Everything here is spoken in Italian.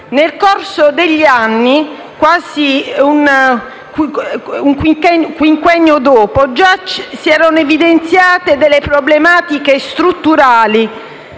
Nel corso degli anni, quasi un quinquennio dopo, già si erano evidenziate delle problematiche strutturali.